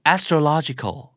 Astrological